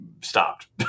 stopped